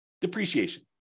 depreciation